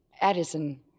Addison